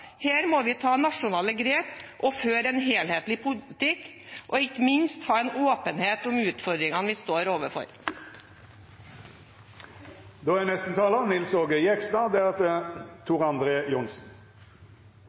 Her må vi ta nasjonale grep, føre en helhetlig politikk og ikke minst ha en åpenhet om utfordringene vi står overfor. Statsbudsjettet for 2018 er